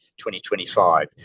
2025